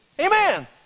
Amen